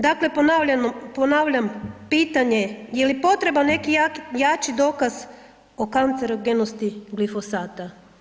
Dakle ponavljam pitanje je li potreban neki jači dokaz o kancerogenosti glifosata?